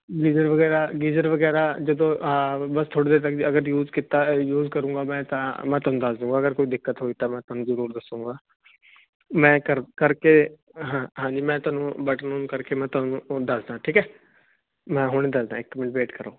ਜਗਰ ਵਗੈਰਾ ਗੀਜਰ ਵਗੈਰਾ ਜਦੋਂ ਤੱਕ ਅਗਰ ਯੂਜ ਕੀਤਾ ਯੂਜ ਕਰੂਗਾ ਮੈਂ ਤਾਂ ਮੈਂ ਤੁਹਾਨੂੰ ਦੱਸ ਦੂ ਅਗਰ ਕੋਈ ਦਿੱਕਤ ਹੋਈ ਤਾਂ ਮੈਂ ਤੁਹਾਨੂੰ ਜਰੂਰ ਦੱਸੂਗਾ ਮੈਂ ਕਰਕੇ ਹਾਂਜੀ ਮੈਂ ਤੁਹਾਨੂੰ ਬਟਨ ਕਰਕੇ ਮੈਂ ਤੁਹਾਨੂੰ ਦੱਸਦਾ ਠੀਕ ਐ ਮੈਂ ਹੁਣ ਦੱਸਦਾ ਇੱਕ ਮਿੰਟ ਵੇਟ ਕਰੋ